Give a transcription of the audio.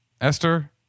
Esther